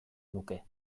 nuke